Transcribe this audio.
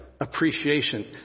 appreciation